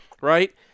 right